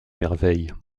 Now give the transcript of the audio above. merveilles